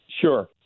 Sure